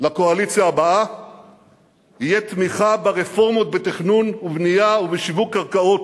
לקואליציה הבאה יהיה תמיכה ברפורמות בתכנון ובנייה ובשיווק קרקעות.